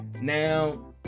Now